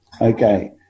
Okay